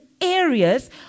areas